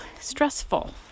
stressful